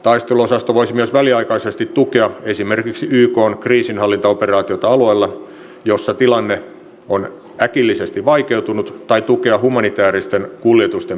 taisteluosasto voisi myös väliaikaisesti tukea esimerkiksi ykn kriisinhallintaoperaatiota alueella jossa tilanne on äkillisesti vaikeutunut tai tukea humanitääristen kuljetusten perille toimittamista